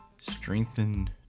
strengthen